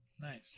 Nice